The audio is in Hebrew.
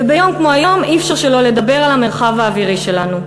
וביום כמו היום אי-אפשר שלא לדבר על המרחב האווירי שלנו.